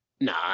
Nah